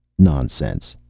nonsense!